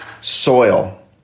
soil